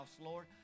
lord